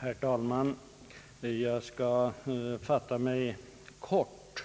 Herr talman! Jag skall fatta mig kort.